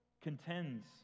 contends